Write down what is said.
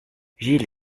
gilles